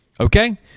Okay